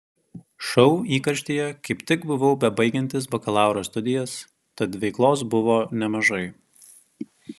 šou įkarštyje kaip tik buvau bebaigiantis bakalauro studijas tad veiklos buvo nemažai